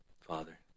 Father